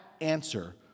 answer